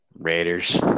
Raiders